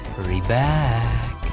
hurry back,